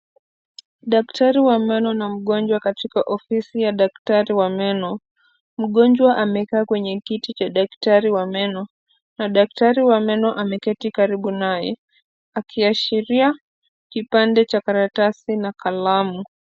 Daktari wa meno na mgonjwa katika ofisi ya daktari wa meno. Mgonjwa amekaa kwenye kiti cha daktari wa meno na daktari wa meno ameketi karibu naye akiashiria kipande cha karatasi na kalamu.